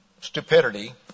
stupidity